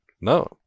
no